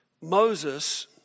Moses